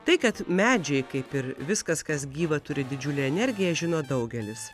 tai kad medžiai kaip ir viskas kas gyva turi didžiulę energiją žino daugelis